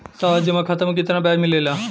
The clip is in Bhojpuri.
सावधि जमा खाता मे कितना ब्याज मिले ला?